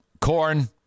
corn